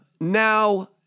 now